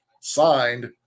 signed